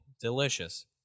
Delicious